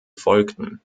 folgten